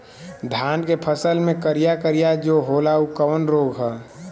धान के फसल मे करिया करिया जो होला ऊ कवन रोग ह?